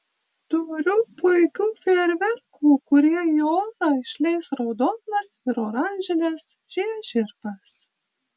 turiu puikių fejerverkų kurie į orą išleis raudonas ir oranžines žiežirbas